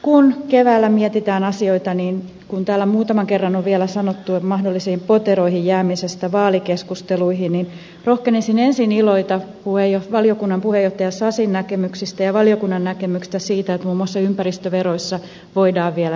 kun keväällä mietitään asioita niin kun täällä muutaman kerran on vielä sanottu mahdollisiin poteroihin jäämisestä vaalikeskusteluihin niin rohkenisin ensin iloita valiokunnan puheenjohtaja sasin näkemyksistä ja valiokunnan näkemyksistä siitä että muun muassa ympäristöveroissa voidaan vielä liikkua